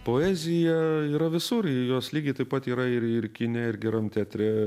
poezija yra visur ir jos lygiai taip pat yra ir ir kine ir geram teatre